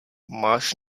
máš